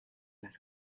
las